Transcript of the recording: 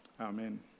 Amen